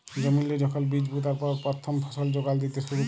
জমিল্লে যখল বীজ পুঁতার পর পথ্থম ফসল যোগাল দ্যিতে শুরু ক্যরে